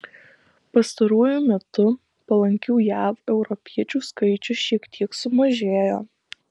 pastaruoju metu palankių jav europiečių skaičius šiek tiek sumažėjo